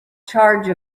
charge